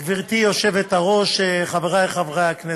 גברתי היושבת-ראש, חברי חברי הכנסת,